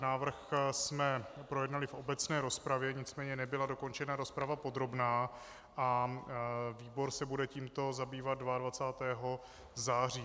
Návrh jsme projednali v obecné rozpravě, nicméně nebyla dokončena rozprava podrobná a výbor se bude tímto zabývat 22. září.